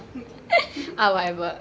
mm okay